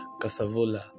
Casavola